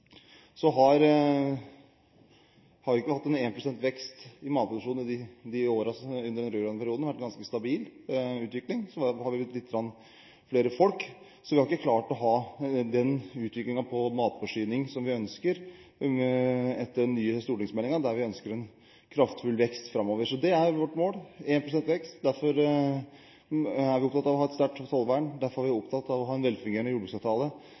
Så har vi ikke hatt 1 pst. vekst i matproduksjonen, men i årene i den rød-grønne perioden har vi hatt en ganske stabil utvikling. Vi er blitt flere folk, så vi har ikke klart å ha den utviklingen i matforsyningen som vi ønsker etter den nye stortingsmeldingen, der vi ønsker en kraftfull vekst framover. Men målet vårt er 1 pst. vekst. Derfor er vi opptatt av å ha et sterkt tollvern, derfor er vi opptatt av å ha en velfungerende jordbruksavtale,